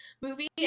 movie